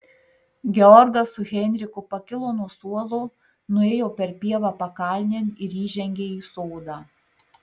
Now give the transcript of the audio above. georgas su heinrichu pakilo nuo suolo nuėjo per pievą pakalnėn ir įžengė į sodą